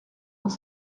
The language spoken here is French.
dans